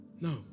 No